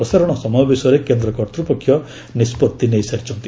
ପ୍ରସାରଣ ସମୟ ବିଷୟରେ କେନ୍ଦ୍ର କର୍ତ୍ତ୍ୱପକ୍ଷ ନିଷ୍କଭି ନେଇସାରିଛନ୍ତି